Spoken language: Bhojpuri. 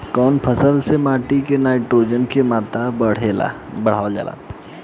कवना फसल से माटी में नाइट्रोजन के मात्रा बढ़ावल जाला?